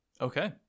okay